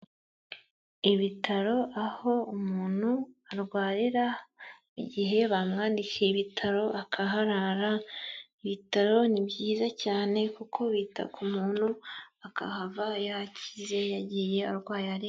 Ibitaro aho umuntu arwarira igihe bamwandikiye ibitaro akaharara, ibitaro ni byiza cyane kuko bita ku muntu akahava yakize, yagiye arwaye arembye...